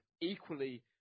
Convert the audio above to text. equally